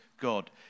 God